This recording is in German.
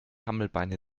hammelbeine